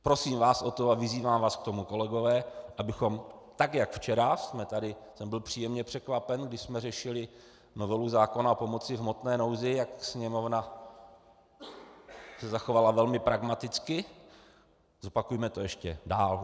Prosím vás o to a vyzývám vás k tomu, kolegové, abychom tak jak včera jsem byl příjemně překvapen, když jsme řešili novelu zákona o pomoci v hmotné nouzi, jak Sněmovna se zachovala velmi pragmaticky, zopakujme to ještě dál.